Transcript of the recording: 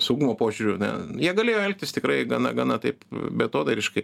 saugumo požiūriu jie galėjo elgtis tikrai gana gana taip beatodairiškai